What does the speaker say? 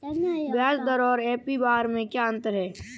ब्याज दर और ए.पी.आर में क्या अंतर है?